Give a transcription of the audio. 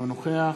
אינו נוכח